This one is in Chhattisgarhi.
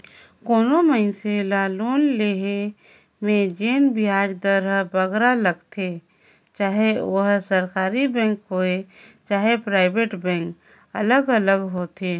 कोनो मइनसे ल लोन लोहे में जेन बियाज दर बगरा लगथे चहे ओहर सरकारी बेंक होए चहे पराइबेट बेंक अलग अलग होथे